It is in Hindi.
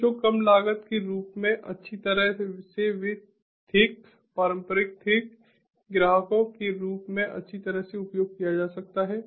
तो जो कम लागत के रूप में अच्छी तरह से वे थिक पारंपरिक थिक ग्राहकों के रूप में अच्छी तरह से उपयोग किया जा सकता है